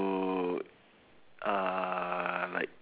would uh like